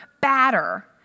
batter